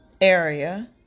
area